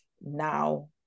now